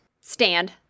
stand